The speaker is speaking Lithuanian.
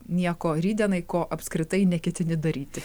nieko rytdienai ko apskritai neketini daryti